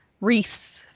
wreaths